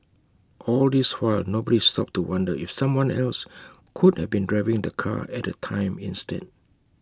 all this while nobody stopped to wonder if someone else could have been driving the car at the time instead